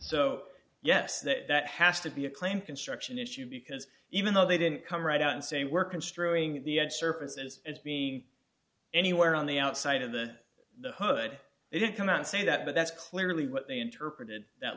so yes that that has to be a claim construction issue because even though they didn't come right out and say we're construing the surface as it's being anywhere on the outside of the the hood they don't come out and say that but that's clearly what they interpreted that